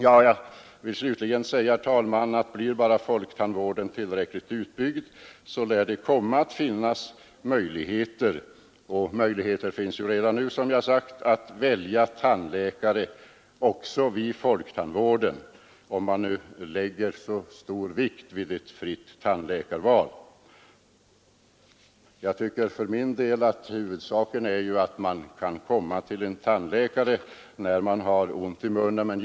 Jag vill också säga att blir bara folktandvården tillräckligt utbyggd, lär det komma att finnas möjligheter — de finns redan nu, som jag sagt — att välja tandläkare också vid folktandvården om man nu lägger så stor vikt vid ett fritt tandläkarval; jag tycker att huvudsaken är att man kan komma till en tandläkare när man har ont i tänderna.